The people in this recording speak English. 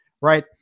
right